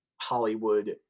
hollywood